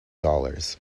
dollars